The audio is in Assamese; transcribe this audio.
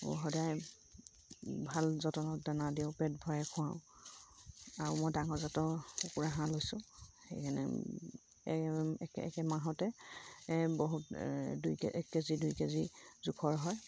আৰু সদায় ভাল যতনত দানা দিওঁ পেট ভৰাই খুৱাওঁ আৰু মই ডাঙৰ জাতৰ কুকুৰা হাঁহ লৈছোঁ সেইকাৰণে একে একে মাহতে বহুত দুই এক কেজি দুই কেজি জোখৰ হয়